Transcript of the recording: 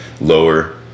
lower